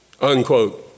Unquote